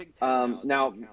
Now